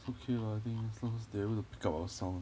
okay lah I think it's not they are going to pick out our sound